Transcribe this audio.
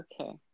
Okay